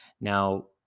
Now